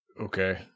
Okay